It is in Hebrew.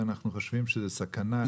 אנחנו חושבים שזה סכנה.